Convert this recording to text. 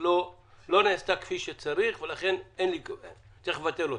לא נעשתה כפי שצריך ולכן צריך לבטל אותה.